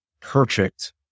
perfect